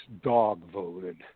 dog—voted